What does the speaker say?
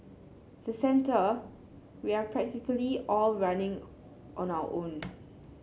the centre we are practically all running on our own